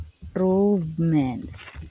improvements